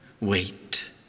wait